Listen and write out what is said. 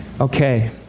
Okay